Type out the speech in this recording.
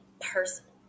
personal